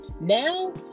Now